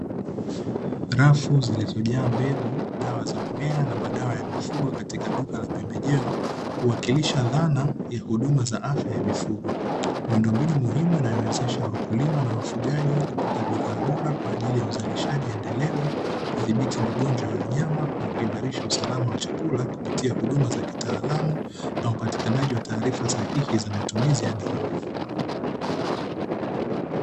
Rafu zilizojaa mbegu dawa za mimea na madawa za mifugo katika duka la pembejeo, huwakilisha dhana ya huduma za afya za mifugo miundombinu muhimu inayowezesha wakulima na wafugaji kupata bidhaa bora kwa ajili ya uzalishaji endelevu, kudhibiti magonjwa ya wanyamana na kuimarisha usalama wa chakula, kupitia huduma za kitaalamu na upatikanaji wa taarifa sahihi za matumizi ya dawa.